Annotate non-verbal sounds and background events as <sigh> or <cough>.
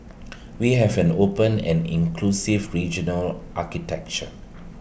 <noise> we have an open and inclusive regional architecture